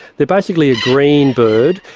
they're basically a green bird.